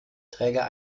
träger